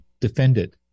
defended